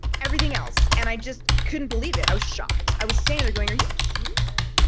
everything else, and i just couldn't believe it. i was shocked. i was sitting there going, are you kidding me?